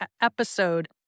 episode